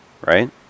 Right